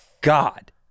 God